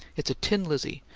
it's a tin lizzie,